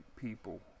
people